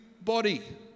body